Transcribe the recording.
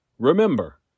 Remember